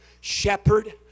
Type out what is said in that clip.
shepherd